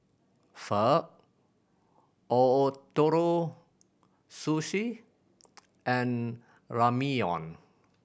Pho Ootoro Sushi and Ramyeon